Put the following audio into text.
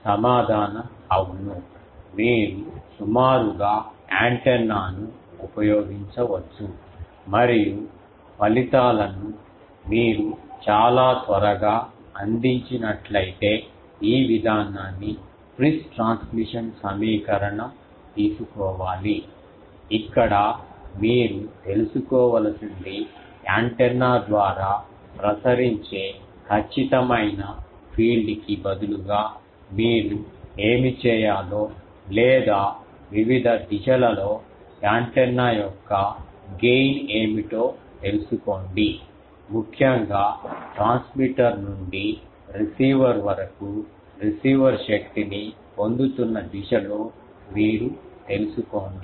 సమాధానం అవును మీరు సుమారుగా యాంటెన్నాను ఉపయోగించవచ్చు మరియు ఫలితాలను మీరు చాలా త్వరగా అందించినట్లయితే ఈ విధానాన్ని Friis ట్రాన్స్మిషన్ సమీకరణం తీసుకోవాలి ఇక్కడ మీరు తెలుసుకోవలసినది యాంటెన్నా ద్వారా ప్రసరించే ఖచ్చితమైన ఫీల్డ్ కి బదులుగా మీరు ఏమి చేయాలో లేదా వివిధ దిశలలోయాంటెన్నా యొక్క గెయిన్ ఏమిటో తెలుసుకోండి ముఖ్యంగా ట్రాన్స్మిటర్ నుండి రిసీవర్ వరకు రిసీవర్ శక్తిని పొందుతున్న దిశలో మీరు తెలుసుకోండి